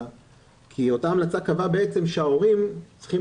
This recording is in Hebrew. כי אותה המלצה קבעה בעצם שההורים צריכים